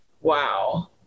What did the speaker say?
Wow